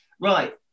right